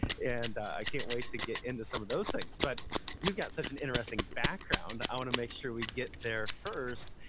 and i can't wait to get into some of those things. but you've got such an interesting background. i want to make sure we get there first.